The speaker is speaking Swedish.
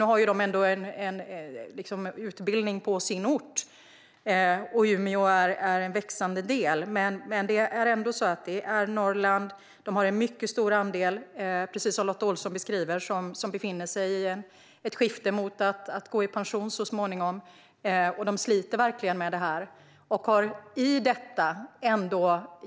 Nu har man i Umeå en utbildning på sin ort, men i Norrland är det - precis som Lotta Olsson beskriver - ett skifte där en mycket stor andel av personalen ska gå i pension så småningom. Man sliter verkligen med detta.